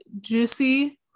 juicy